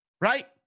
right